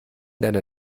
deine